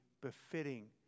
befitting